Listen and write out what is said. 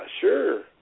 sure